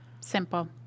simple